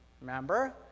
remember